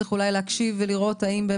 צריך לראות אולי